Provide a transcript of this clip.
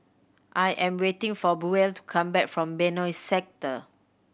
I am waiting for Buell to come back from Benoi Sector